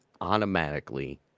automatically